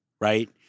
right